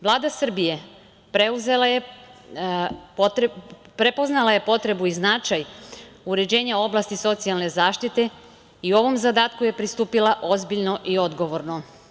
Vlada Srbije prepoznala je potrebu i značaj uređenja oblasti socijalne zaštite i u ovom zadatku je pristupila ozbiljno i odgovorno.